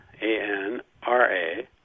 A-N-R-A